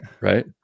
right